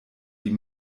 die